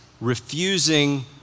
refusing